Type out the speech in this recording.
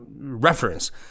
reference